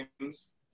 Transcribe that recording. games